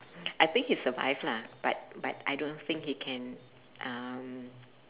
I think he survived lah but but I don't think he can um